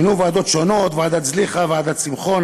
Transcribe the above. מינו ועדות שונות, ועדת זליכה, ועדת שמחון.